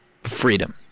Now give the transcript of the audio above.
freedom